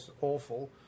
awful